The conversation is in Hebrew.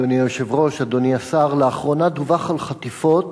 אדוני השר, לאחרונה דווח על חטיפות